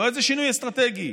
לא איזה שינוי אסטרטגי,